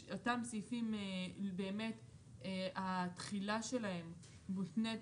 אותם סעיפים באמת התחילה שלהם מותנת